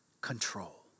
control